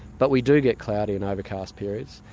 but we do get cloudy and overcast periods,